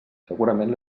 segurament